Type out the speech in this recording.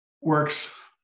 works